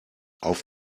auf